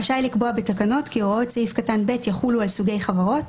רשאי לקבוע בתקנות כי הוראות סעיף קטן (ב) יחולו על סוגי חברות,